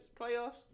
playoffs